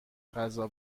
غذا